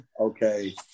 okay